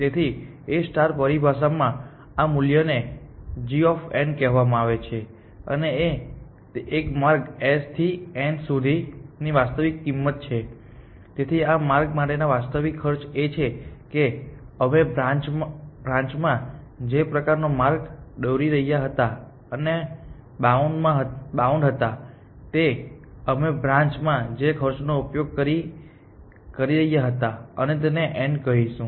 તેથી A પરિભાષામાં આ મૂલ્યને g કહેવામાં આવે છે અને તે એક માર્ગ S થી N સુધી ની વાસ્તવિક કિંમત છે તેથી આ માર્ગ માટેનો આ વાસ્તવિક ખર્ચ એ છે કે અમે બ્રાન્ચમાં જે પ્રકારનો માર્ગ દોરી રહ્યા હતા અને બાઉન્ડ હતા તે અમે બ્રાન્ચમાં જે ખર્ચનો ઉપયોગ કરી રહ્યા હતા તેને N કહીશું